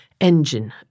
engine